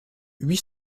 huit